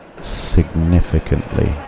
significantly